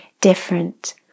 different